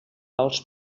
els